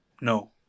No